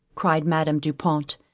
cried madame du pont,